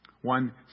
One